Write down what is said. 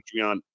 Patreon